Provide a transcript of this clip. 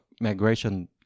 migration